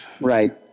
Right